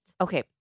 Okay